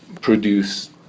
produce